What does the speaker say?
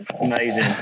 Amazing